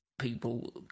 people